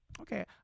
Okay